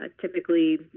typically